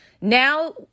Now